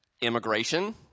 immigration